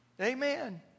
amen